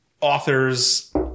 Authors